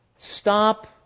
Stop